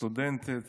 סטודנטית